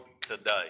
today